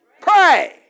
pray